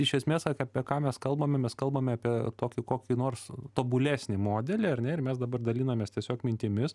iš esmės apie ką mes kalbame mes kalbame apie tokį kokį nors tobulesnį modelį ar ne ir mes dabar dalinamės tiesiog mintimis